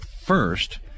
first